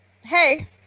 Hey